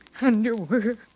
underwear